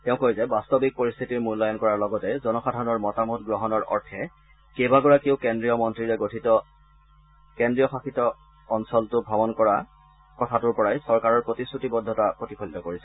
তেওঁ কয় যে বাস্তৱিক পৰিশ্থিতি মূল্যায়ণ কৰাৰ লগতে জনসাধাৰণৰ মতামত গ্ৰহণৰ অৰ্থে কেইবাগৰাকীও কেন্দ্ৰীয় মন্ত্ৰীয়ে নৰগঠিত কেন্দ্ৰীয় শাসিত অঞ্চলটো ভ্ৰমণ কৰাৰ কথাটোৰ পৰাই চৰকাৰৰ প্ৰতিশ্ৰুতিবদ্ধতাক প্ৰতিফলিত কৰিছে